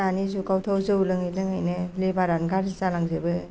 दानि जुगावथ' जौ लोङै लोङैनो लिभार आनो गाज्रि जालांजोबो